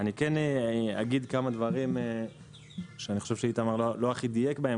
אני אגיד כמה דברים שאני חושב שאיתמר לא הכי דייק בהם.